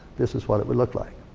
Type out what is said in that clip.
this is what it would look like.